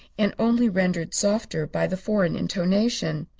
and only rendered softer by the foreign intonation.